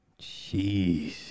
Jeez